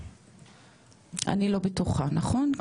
אני לא בטוחה, נכון?